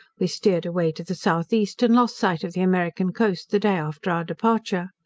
we steered away to the south-east, and lost sight of the american coast the day after our departure.